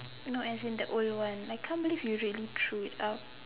no as in the old one I can't believe you really threw it out